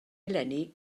eleni